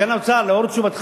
סגן שר האוצר,